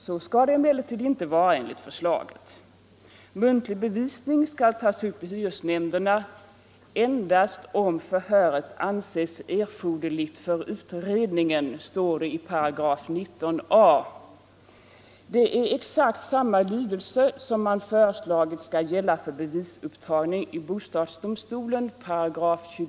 Så skall det emellertid inte vara enligt förslaget. Muntlig bevisning skall tas upp i hyresnämnderna endast om förhöret anses erforderligt för utredningen, heter det i 19 a §. Det är exakt detsamma som man i 23§ föreslagit skall gälla för bevisupptagning i bostadsdomstolen.